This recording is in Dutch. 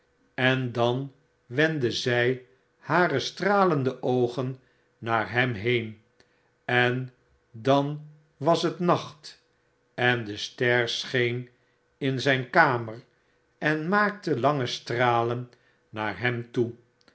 en dan wendde zy hare stralende oogen naar hem heen en dan was ht nacht en de ster scheen in zjjn kamer en maakte lange stralen naar hem toe